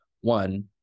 one